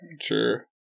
Sure